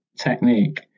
technique